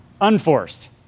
unforced